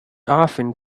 often